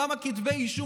כתבי אישום,